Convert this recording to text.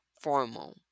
formal